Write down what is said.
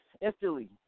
instantly